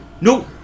No